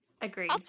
Agreed